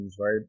right